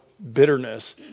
Bitterness